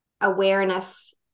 awareness